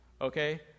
okay